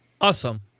Awesome